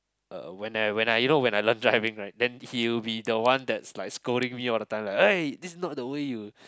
uh when I when I you know when I learn driving right then he'll be the one that's like scolding me all the time like !oi! this is not the way you